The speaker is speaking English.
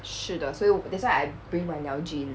是的所以 suo yi that's why I bring my nalgene